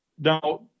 Now